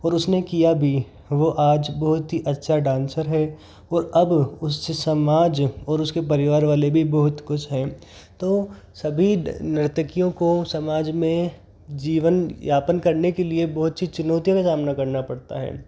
और उसने किया भी वो आज बहुत ही अच्छा डांसर है वह अब उससे समाज और उसके परिवार वाले भी बहुत खुश है तो सभी नृर्तकियों को समाज में जीवन यापन करने के लिए बहुत सी चुनौतियों का सामना करना पड़ता है